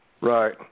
Right